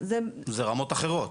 זה רמות אחרת.